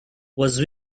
was